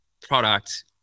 product